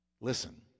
Listen